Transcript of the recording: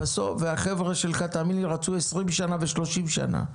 והחבר'ה שלך רצו 20 שנה ו-30 שנה,